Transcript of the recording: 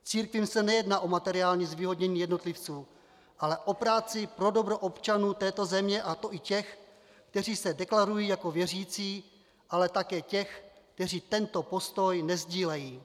Církvím se nejedná o materiální zvýhodnění jednotlivců, ale o práci pro dobro občanů této země, a to i těch, kteří se deklarují jako věřící, ale také těch, kteří tento postoj nesdílejí.